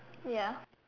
ya